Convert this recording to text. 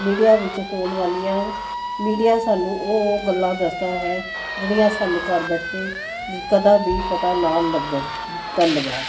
media ਵਿੱਚ ਹੋਣ ਵਾਲੀਆਂ ਮੀਡੀਆ ਸਾਨੂੰ ਉਹ ਗੱਲਾਂ ਦੱਸਦਾ ਹੈ ਜਿਹੜੀਆਂ ਸਾਨੂੰ ਘਰ ਬੈਠੇ ਜ ਕਦੇ ਵੀ ਪਤਾ ਨਾ ਲੱਗਣ ਧੰਨਵਾਦ